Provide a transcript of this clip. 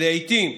לעיתים,